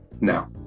Now